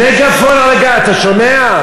מגאפון על הגג, אתה שומע?